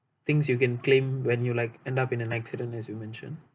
things you can claim when you like end up in an accident as you mention